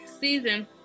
season